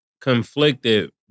conflicted